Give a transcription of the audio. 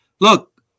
look